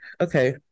Okay